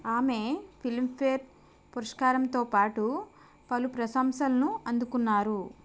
ఆమె ఫిలింఫేర్ పురస్కారంతో పాటు పలు ప్రశంసలను అందుకున్నారు